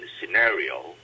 scenario